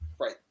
Right